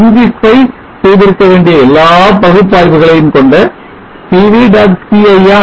ng spice செய்திருக்க வேண்டிய எல்லா பகுப்பாய்வு களையும் கொண்ட pv